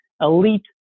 elite